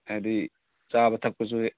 ꯍꯥꯏꯕꯗꯤ ꯆꯥꯕ ꯊꯛꯄꯁꯦ